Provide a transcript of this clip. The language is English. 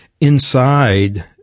inside